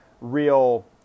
real